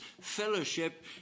fellowship